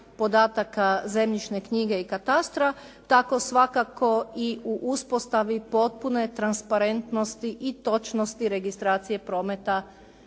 podataka zemljišne knjige i katastra, tako svakako i u uspostavi potpune transparentnosti i točnosti registracije prometa